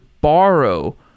borrow